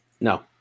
No